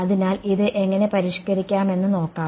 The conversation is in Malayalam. അതിനാൽ ഇത് എങ്ങനെ പരിഷ്കരിക്കാമെന്ന് നോക്കാം